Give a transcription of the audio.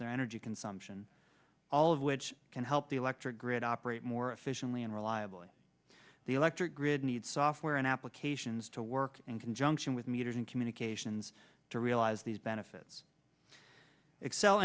their energy consumption all of which can help the electric grid operate more efficiently and reliably the electric grid needs software and applications to work in conjunction with meters and communications to realize these benefits excel